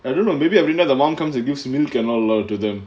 I don't know maybe every night the mum comes milk and all lah to them